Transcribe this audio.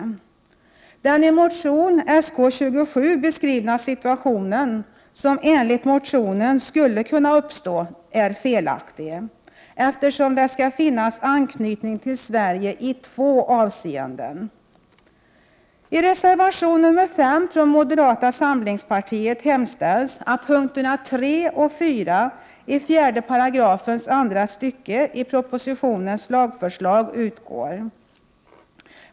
Den i motion Sk27 beskrivna situationen, som enligt motionen skulle kunna uppstå, är felaktig, eftersom det skall finnas anknytning till Sverige i två avseenden. I reservation nr 5 från moderata samlingspartiet hemställs att punkterna 3 och 4i4 § andra stycket i propositionens lagförslag utgår.